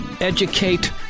educate